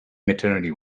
maternity